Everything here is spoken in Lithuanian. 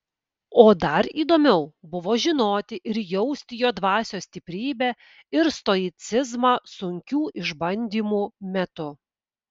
o dar įdomiau buvo žinoti ir jausti jo dvasios stiprybę ir stoicizmą sunkių išbandymų metu